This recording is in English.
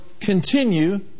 continue